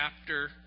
chapter